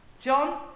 John